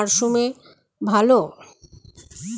আউশ ধান কি জায়িদ মরসুমে ভালো হয়?